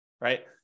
right